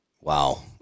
Wow